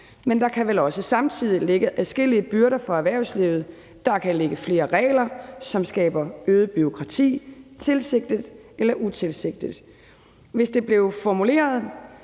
Men der kan vel også samtidig ligge adskillige byrder på erhvervslivet; der kan ligge flere regler, som skaber øget bureaukrati, tilsigtet eller utilsigtet. Hvis det blev formuleret